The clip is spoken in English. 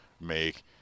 make